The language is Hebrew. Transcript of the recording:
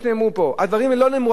הדברים האלו לא נאמרו רק מעל הדוכן הזה.